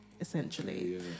essentially